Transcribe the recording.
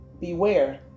Beware